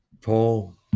Paul